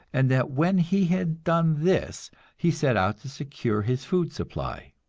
and that when he had done this he set out to secure his food supply.